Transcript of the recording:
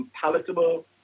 palatable